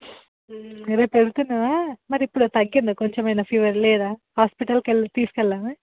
రేపు పెడుతున్నావా మరి ఇప్పుడు తగ్గిందా కొంచెమైనా ఫీవర్ లేదా హాస్పిటల్కి వెళ్ళి తీసుకెళ్ళమా